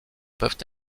peuvent